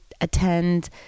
attend